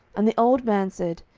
and the old man said,